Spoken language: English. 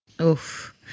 Oof